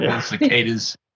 cicadas